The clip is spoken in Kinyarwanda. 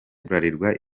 bralirwa